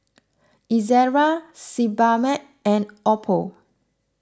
Ezerra Sebamed and Oppo